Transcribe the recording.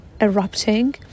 erupting